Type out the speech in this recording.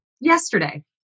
yesterday